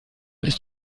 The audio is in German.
ist